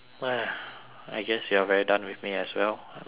I guess you're very done with me as well many people are